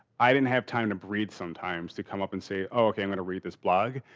i didn't have time to breathe sometimes to come up and say oh, okay, i'm gonna read this blog.